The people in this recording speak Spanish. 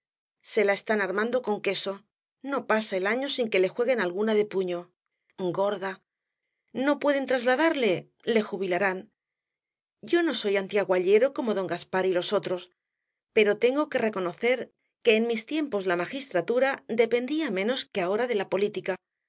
se la están armando con queso no pasa el año sin que le jueguen alguna de puño gorda no pueden trasladarle le jubilarán yo no soy antiguallero como don gaspar y los otros pero tengo que reconocer que en mis tiempos la magistratura dependía menos que ahora de la política